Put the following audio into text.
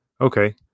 Okay